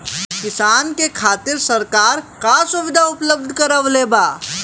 किसान के खातिर सरकार का सुविधा उपलब्ध करवले बा?